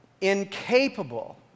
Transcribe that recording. incapable